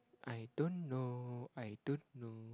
I don't know I don't know